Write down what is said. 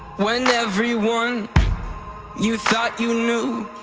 when everyone you thought you knew,